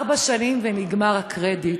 ארבע שנים ונגמר הקרדיט.